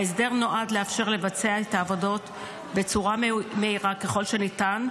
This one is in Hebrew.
ההסדר נועד לאפשר לבצע את העבודות בצורה מהירה ככל שניתן,